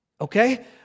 Okay